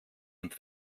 und